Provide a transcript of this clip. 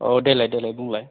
अ देलाय देलाय बुंलाय